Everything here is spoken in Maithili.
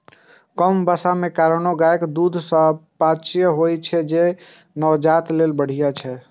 कम बसा के कारणें गायक दूध सुपाच्य होइ छै, तें नवजात लेल बढ़िया छै